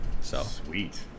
Sweet